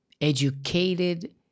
educated